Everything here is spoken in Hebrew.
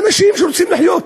האנשים רוצים לחיות.